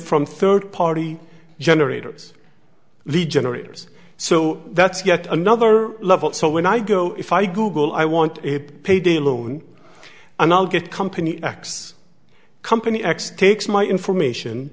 from third party generators the generators so that's yet another level so when i go if i google i want a payday loan and i'll get company x company x takes my information